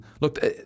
Look